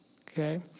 Okay